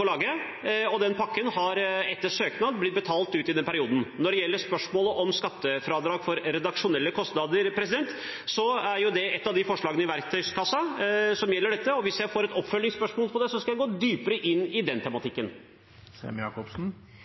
Og midlene i pakken har etter søknad blitt betalt ut i den perioden. Når det gjelder spørsmålet om skattefradrag på redaksjonelle kostnader, er det et av forslagene i verktøykassen. Hvis jeg får et oppfølgingsspørsmål om det, skal jeg gå dypere inn i den tematikken.